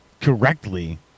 correctly